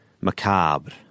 macabre